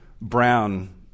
Brown